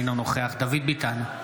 אינו נוכח דוד ביטן,